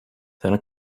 then